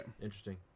interesting